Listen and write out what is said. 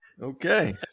Okay